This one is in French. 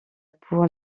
pour